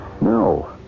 No